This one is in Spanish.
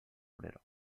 obrero